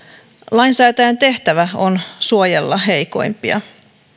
lainsäätäjän tehtävä on suojella heikoimpia